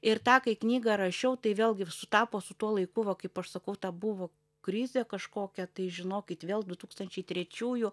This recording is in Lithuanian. ir tą kai knygą rašiau tai vėlgi sutapo su tuo laiku va kaip aš sakau ta buvo krizė kažkokia tai žinokit vėl du tūkstančiai trečiųjų